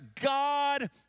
god